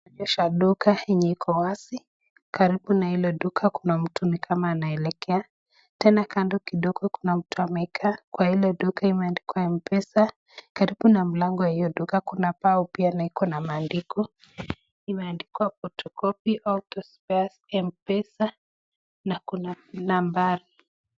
Inaonyesha duka enye iko wazi , karibu na hilo duka kuna mtu nikama anaelekea , tena kando kidogo kuna mtu amekaa kwa ile duka imeandikwa M-pesa , karibu na mlango ya iyo duka kuna bao pia na iko na maandiko imeandikwa Photocopy Autospares M-pesa na kuna nambari.